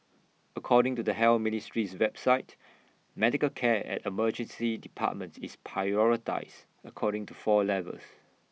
according to the health ministry's website medical care at emergency departments is prioritised according to four levels